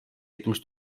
yetmiş